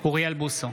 אוריאל בוסו,